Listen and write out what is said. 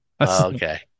Okay